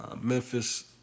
Memphis